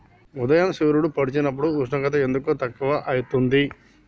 ఉదయం సూర్యుడు పొడిసినప్పుడు ఉష్ణోగ్రత ఎందుకు తక్కువ ఐతుంది?